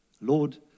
Lord